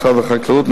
משרד החקלאות,